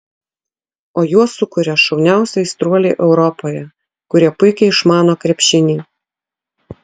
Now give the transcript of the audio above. o juos sukuria šauniausi aistruoliai europoje kurie puikiai išmano krepšinį